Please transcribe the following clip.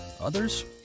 Others